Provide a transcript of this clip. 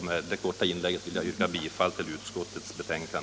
Med detta korta inlägg vill jag yrka bifall till utskottets hemställan.